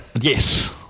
Yes